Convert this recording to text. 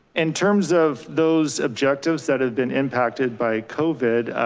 in terms of those objectives that have been impacted by covid,